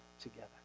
together